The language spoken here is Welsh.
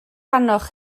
arnoch